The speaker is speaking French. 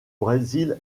brésil